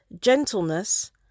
gentleness